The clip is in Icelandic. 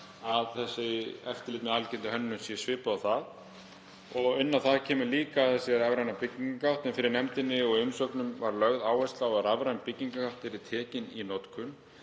að eftirlit með algildri hönnun sé svipað og það og inn á það kemur líka þessi rafræna byggingagátt. En fyrir nefndinni og í umsögnum var lögð áhersla á að rafræn byggingagátt yrði tekin í notkun.